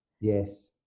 yes